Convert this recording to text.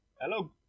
Hello